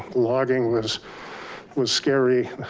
logging was was scary,